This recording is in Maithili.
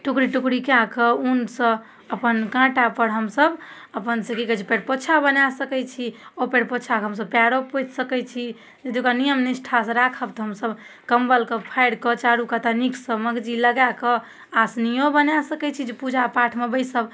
टुकड़ी टुकड़ी कऽ कऽ उनसँ अपन काँटापर हमसभ अपन से कि कहै छै पाएरपोछा बना सकै छी ओ पाएरपोछाके हमसभ पाएरो पोछि सकै छी नहि तऽ ओकरा नियम निष्ठासँ राखब तऽ हमसभ कम्बलके फाड़िकऽ चारूकात नीकसँ मगजी लगाकऽ आसनिओ बना सकै छी जे पूजा पाठमे बैसब